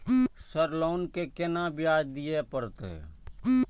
Sir loan के केना ब्याज दीये परतें?